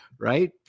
Right